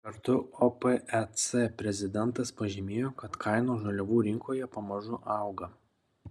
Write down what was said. kartu opec prezidentas pažymėjo kad kainos žaliavų rinkoje pamažu auga